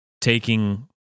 taking